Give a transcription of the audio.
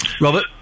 Robert